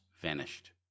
vanished